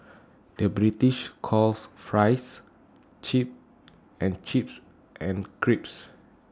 the British calls Fries Chips and chips and crisps